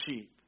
sheep